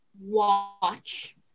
Watch